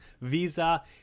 Visa